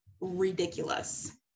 ridiculous